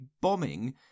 bombing